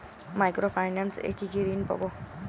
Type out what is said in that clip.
Micro finance এ কি কি ঋণ পাবো?